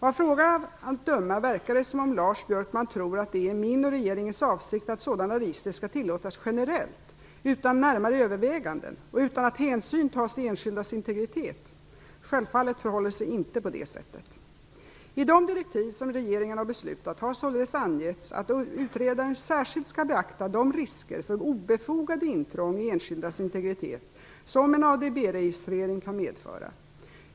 Av frågan att döma verkar det som om Lars Björkman tror att det är min och regeringens avsikt att sådana register skall tillåtas generellt utan närmare överväganden och utan att hänsyn tas till enskildas integritet. Självfallet förhåller det sig inte på detta sätt. I de direktiv som regeringen har beslutat om har således angetts att utredaren särskilt skall beakta de risker för obefogade intrång i enskildas integritet som en ADB-registrering kan medföra.